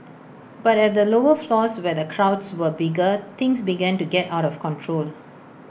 but at the lower floors where the crowds were bigger things began to get out of control